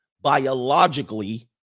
biologically